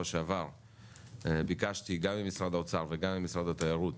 שעבר ביקשתי גם ממשרד האוצר וגם ממשרד התיירות